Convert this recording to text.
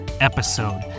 episode